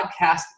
podcast